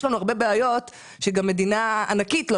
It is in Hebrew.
יש לנו הרבה בעיות שגם מדינה ענקית לא